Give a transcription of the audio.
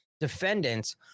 defendants